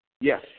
Yes